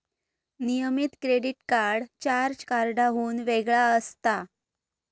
नियमित credit card charge कार्डाहुन वेगळा असता